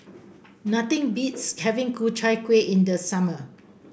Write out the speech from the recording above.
nothing beats having Ku Chai Kuih in the summer